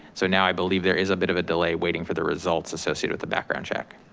so now i believe there is a bit of a delay waiting for the results associated with the background check.